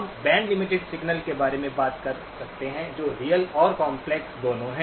हम band limited signals के बारे में बात कर सकते हैं जो रियल और कॉम्प्लेक्स दोनों हैं